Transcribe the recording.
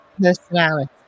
personality